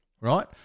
right